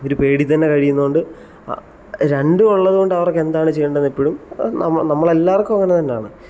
ഇവർ പേടിയിൽത്തന്നെ കഴിയുന്നത് കൊണ്ട് രണ്ടും ഉള്ളതുകൊണ്ടവർക്ക് എന്താണ് ചെയ്യേണ്ടതെന്നപ്പോഴും നമ്മൾ നമ്മളെല്ലാവർക്കും അങ്ങനെ തന്നെയാണ്